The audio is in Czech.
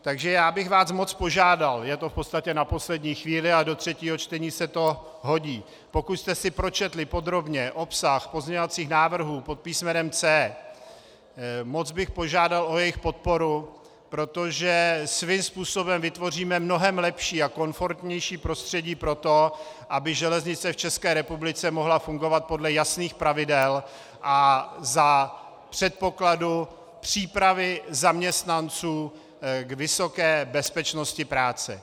Takže já bych vás moc požádal je to v podstatě na poslední chvíli, ale do třetího čtení se to hodí , pokud jste si pročetli podrobně obsah pozměňovacích návrhů pod písmenem C, moc bych požádal o jejich podporu, protože svým způsobem vytvoříme mnohem lepší a komfortnější prostředí pro to, aby železnice v České republice mohla fungovat podle jasných pravidel a za předpokladu přípravy zaměstnanců k vysoké bezpečnosti práce.